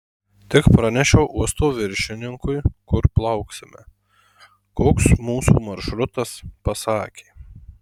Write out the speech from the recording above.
tik pranešiau uosto viršininkui kur plauksime koks mūsų maršrutas pasakė